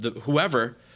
whoever